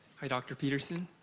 hi dr. peterson!